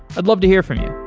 i'd love to hear from you